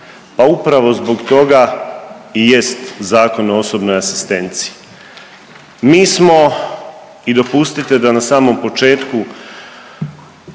pa upravo zbog toga i jest Zakon o osobnoj asistenciji. Mi smo i dopustite da na samom početku